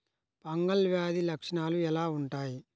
Fungal వ్యాధి లక్షనాలు ఎలా వుంటాయి?